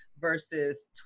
versus